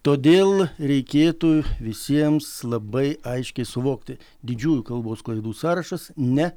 todėl reikėtų visiems labai aiškiai suvokti didžiųjų kalbos klaidų sąrašas ne